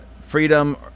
freedom